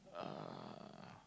uh